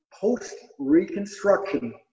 post-Reconstruction